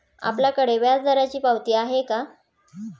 आपल्याकडे व्याजदराची पावती आहे का?